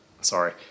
Sorry